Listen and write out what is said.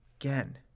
again